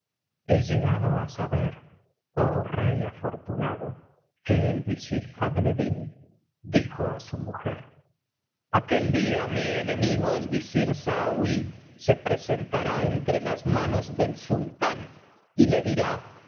he llegado á saber oh rey afortunado que el visir fadleddín dijo á su mujer aquel día mi enemigo el visir sauí se presentará entre las manos del sultán y le dirá